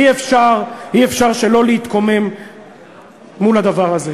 אי-אפשר, אי-אפשר שלא להתקומם מול הדבר הזה.